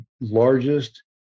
largest